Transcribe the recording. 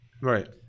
Right